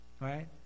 right